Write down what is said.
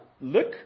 Look